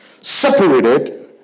separated